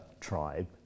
tribe